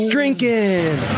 Drinking